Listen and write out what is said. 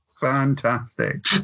Fantastic